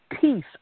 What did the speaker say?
peace